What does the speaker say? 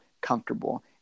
comfortable